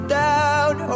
down